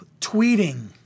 tweeting